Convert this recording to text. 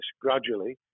gradually